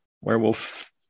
werewolf